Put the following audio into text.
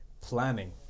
planning